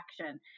action